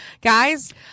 Guys